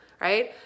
right